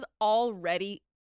already